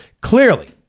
clearly